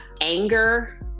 anger